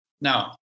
Now